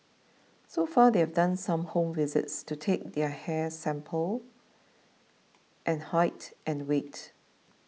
so far they've done some home visits to take their hair sample and height and weight